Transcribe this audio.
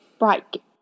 right